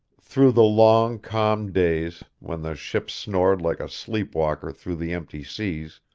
through the long, calm days, when the ship snored like a sleep-walker through the empty seas,